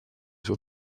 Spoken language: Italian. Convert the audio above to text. suo